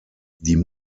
die